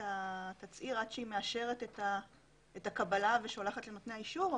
התצהיר עד שהיא מאשרת את הקבלה ושולחת לנותני האישור,